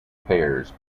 pairs